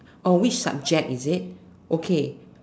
or which subject is it okay